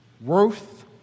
Worth